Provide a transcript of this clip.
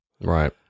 right